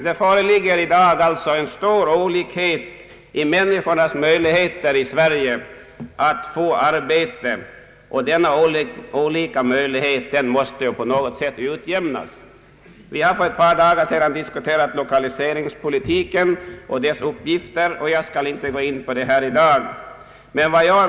Det föreligger alltså i dag i Sverige stora olikheter i fråga om människornas möjligheter att få arbete, och dessa olikheter måste på något sätt utjämnas. Vi har för ett par dagar sedan diskuterat lokaliseringspolitiken och dess uppgifter, och jag skall inte gå in på det ämnet här i dag.